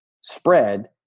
spread